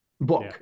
book